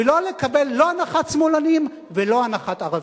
ולא לקבל לא הנחת שמאלנים ולא הנחת ערבים.